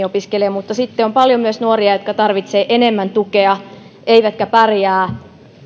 opiskelemaan mutta sitten on paljon myös nuoria jotka tarvitsevat enemmän tukea eivätkä pärjää